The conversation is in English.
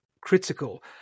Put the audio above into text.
critical